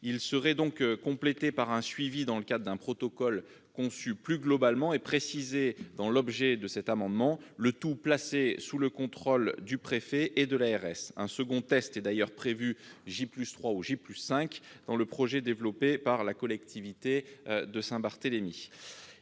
qui serait complété par un suivi dans le cadre d'un protocole conçu plus globalement et précisé dans l'objet de cet amendement, le tout placé sous le contrôle du préfet et de l'agence régionale de santé, l'ARS. Un second test est d'ailleurs prévu à J+3 ou J+5 dans le projet développé par la collectivité de Saint-Barthélemy.